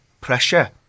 pressure